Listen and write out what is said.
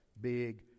big